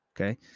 Okay